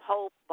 Hope